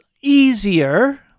easier